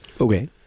Okay